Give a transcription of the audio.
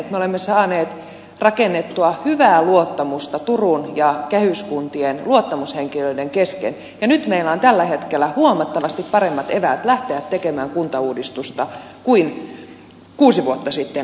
me olemme saaneet rakennettua hyvää luottamusta turun ja kehyskuntien luottamushenkilöiden kesken ja nyt meillä on tällä hetkellä huomattavasti paremmat eväät lähteä tekemään kuntauudistusta kuin kuusi vuotta sitten oli